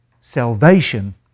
salvation